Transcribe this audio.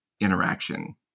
interaction